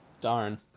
darn